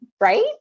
Right